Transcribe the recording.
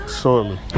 Shortly